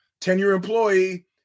tenure-employee